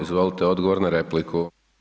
Izvolite, odgovor na repliku.